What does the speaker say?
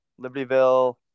Libertyville